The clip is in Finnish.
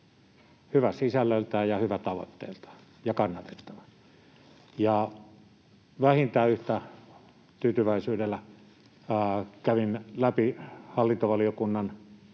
hyvä sisällöltään ja hyvä tavoitteiltaan ja kannatettava. Ja vähintään yhtä tyytyväisyydellä kävin läpi hallintovaliokunnan